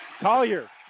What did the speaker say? Collier